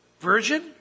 Virgin